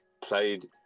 played